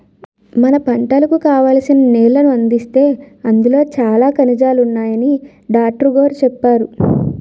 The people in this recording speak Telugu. మన పంటలకు కావాల్సిన నీళ్ళను అందిస్తే అందులో చాలా ఖనిజాలున్నాయని డాట్రుగోరు చెప్పేరు